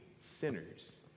sinners